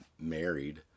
married